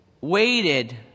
waited